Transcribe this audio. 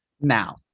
Now